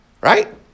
Right